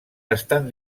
estan